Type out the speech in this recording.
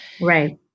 Right